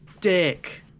dick